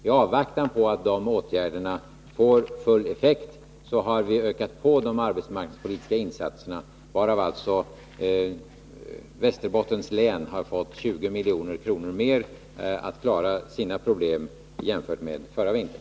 I avvaktan på att de här åtgärderna får full effekt har vi ökat på de arbetsmarknadspolitiska insatserna, varav alltså Västerbottens län har fått 20 milj.kr. mer för att klara sina problem, jämfört med förra vintern.